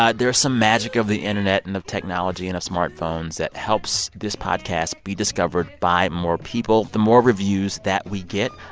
ah there is some magic of the internet and of technology and of smartphones that helps this podcast be discovered by more people the more reviews that we get.